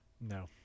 No